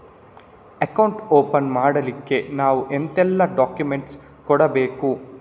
Account open ಮಾಡ್ಲಿಕ್ಕೆ ನಾವು ಎಂತೆಲ್ಲ ಡಾಕ್ಯುಮೆಂಟ್ಸ್ ಕೊಡ್ಬೇಕು?